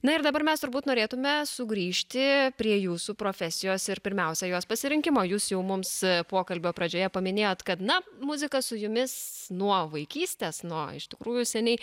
na ir dabar mes turbūt norėtume sugrįžti prie jūsų profesijos ir pirmiausia jos pasirinkimo jūs jau mums pokalbio pradžioje paminėjot kad na muzika su jumis nuo vaikystės nuo iš tikrųjų seniai